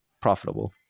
profitable